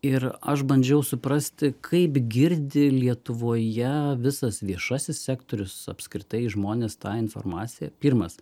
ir aš bandžiau suprasti kaip girdi lietuvoje visas viešasis sektorius apskritai žmonės tą informaciją pirmas